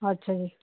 ਅੱਛਾ ਜੀ